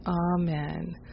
Amen